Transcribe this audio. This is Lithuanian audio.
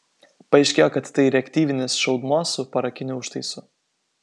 paaiškėjo kad tai reaktyvinis šaudmuo su parakiniu užtaisu